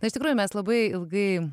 na iš tikrųjų mes labai ilgai